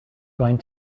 going